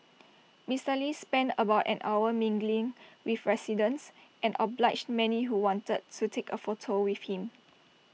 Mister lee spent about an hour mingling with residents and obliged many who wanted to take A photo with him